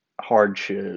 hardship